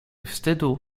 wstydu